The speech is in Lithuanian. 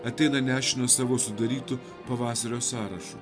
ateina nešinas savo sudarytu pavasario sąrašu